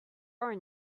are